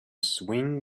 swing